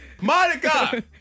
Monica